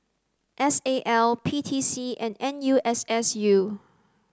S A L P T C and N U S S U